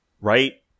Right